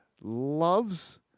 loves